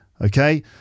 okay